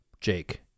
Jake